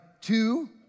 two